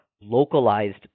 localized